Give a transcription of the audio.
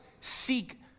seek